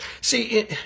See